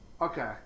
okay